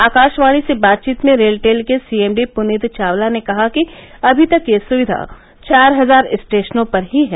आकाशवाणी से बातचीत में रेल टेल के सीएमडी पुनीत चावला ने कहा कि अभी तक यह सुविधा चार हजार स्टेशनों पर ही है